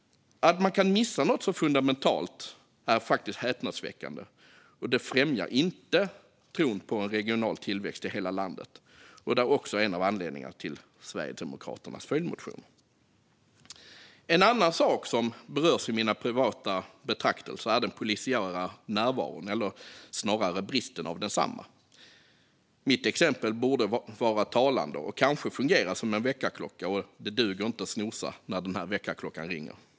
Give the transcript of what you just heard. Att man kan missa något så fundamentalt är faktiskt häpnadsväckande, och det främjar inte tron på en regional tillväxt i hela landet. Det är också en av anledningarna till Sverigedemokraternas följdmotion. En annan sak som berörs i mina privata betraktelser är den polisiära närvaron, eller snarare bristen på densamma. Mitt exempel borde vara talande och kanske kan fungera som en väckarklocka. Och det duger inte att snooza när den här väckarklockan ringer!